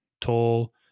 tall